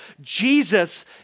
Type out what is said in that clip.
Jesus